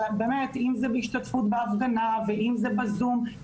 אם זה בהשתתפות בהפגנה ואם זה בזום.